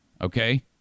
okay